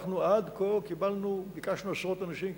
אנחנו עד כה ביקשנו עשרות אנשים,